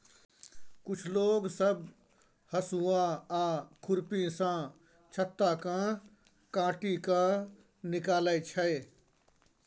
कुछ लोग सब हसुआ आ खुरपी सँ छत्ता केँ काटि केँ निकालै छै